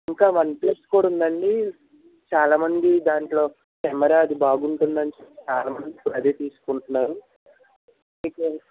ఇంకా వన్ప్లస్ కూడా ఉంది అండి చాలామంది దానిలో కెమెరా అది బాగుంటుందని అనిచెప్పి చాలామంది అదే తీసుకుంటున్నారు మీకు